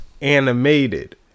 animated